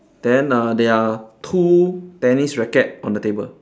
then uh there are two tennis racket on the table